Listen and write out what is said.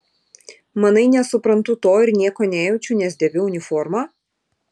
manai nesuprantu to ir nieko nejaučiu nes dėviu uniformą